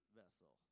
vessel